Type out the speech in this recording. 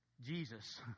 Jesus